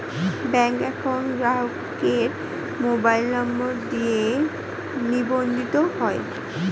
bank account গ্রাহকের mobile number দিয়ে নিবন্ধিত হয়